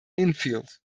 infield